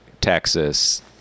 Texas